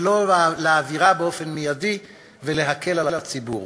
ולא להעבירה באופן מיידי ולהקל על הציבור.